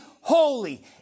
holy